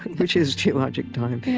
which is geologic time.